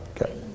Okay